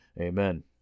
Amen